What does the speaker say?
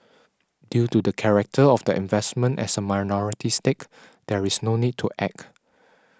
due to the character of the investment as a minority stake there is no need to act